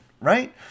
right